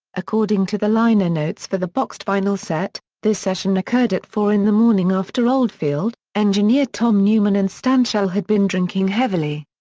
according to the liner notes for the boxed vinyl set, this session occurred at four in the morning after oldfield, engineer tom newman and stanshall had been drinking heavily.